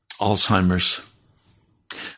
Alzheimer's